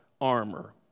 armor